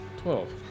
Twelve